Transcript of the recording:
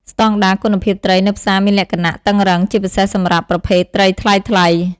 ស្តង់ដារ គុណភាពត្រីនៅផ្សារមានលក្ខណៈតឹងរ៉ឹង ជាពិសេសសម្រាប់ប្រភេទត្រីថ្លៃៗ។